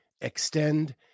extend